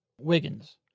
Wiggins